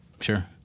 Sure